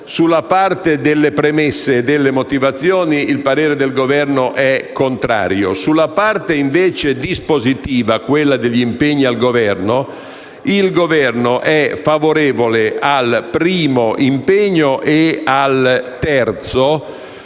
Sulla parte delle premesse e delle motivazioni il parere del Governo è contrario. Sulla parte dispositiva, quella degli impegni al Governo, quest'ultimo è favorevole al primo e al terzo impegno,